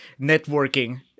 networking